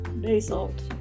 basalt